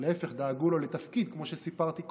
להפך, דאגו לו לתפקיד, כמו שסיפרתי קודם.